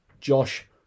Josh